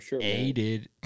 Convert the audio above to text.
aided